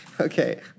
Okay